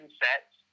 sets